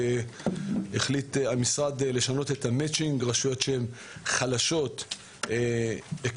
החליט המשרד לשנות את המצ'ינג: ברשויות חלשות היקף